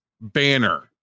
banner